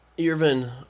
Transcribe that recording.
Irvin